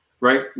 Right